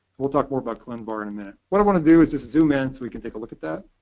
we'll talk more about clinvar in a minute. what i want to do is just zoom in so we can take a look at that.